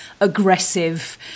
aggressive